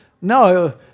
no